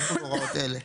יחולו הוראות אלה: